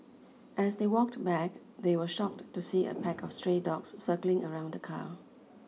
as they walked back they were shocked to see a pack of stray dogs circling around the car